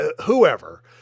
whoever